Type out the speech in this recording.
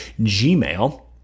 Gmail